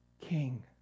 King